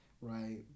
right